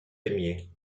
aimiez